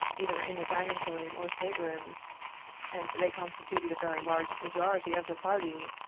either in the dining saloon or state-rooms, and they constituted a very large majority of the party,